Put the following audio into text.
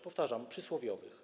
Powtarzam: przysłowiowych.